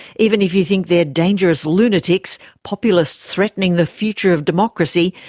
even if you think they are dangerous lunatics, populists threatening the future of democracy,